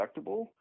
deductible